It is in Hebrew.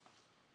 שם.